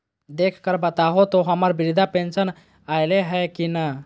देख कर बताहो तो, हम्मर बृद्धा पेंसन आयले है की नय?